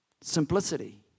Simplicity